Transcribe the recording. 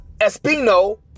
Espino